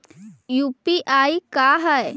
UPI का है?